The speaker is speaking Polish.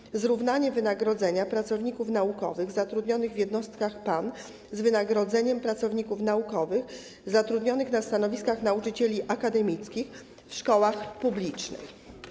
Chodzi o zrównanie wynagrodzenia pracowników naukowych zatrudnionych w jednostkach PAN z wynagrodzeniem pracowników naukowych zatrudnionych na stanowiskach nauczycieli akademickich w szkołach publicznych.